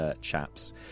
chaps